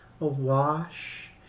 awash